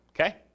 Okay